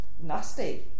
nasty